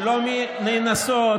על נאנסות,